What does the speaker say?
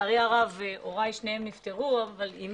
לצערי הרב שני הוריי נפטרו אבל אני